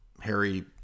Harry